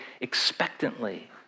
expectantly